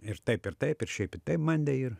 ir taip ir taip ir šiaip ir taip bandė ir